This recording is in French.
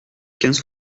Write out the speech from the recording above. quinze